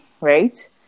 right